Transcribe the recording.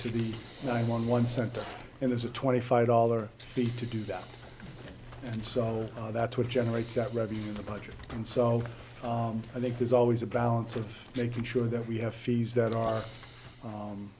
to the nine one one center and there's a twenty five dollar fee to do that and so that's what generates that revenue in the budget and so i think there's always a balance of making sure that we have fees that are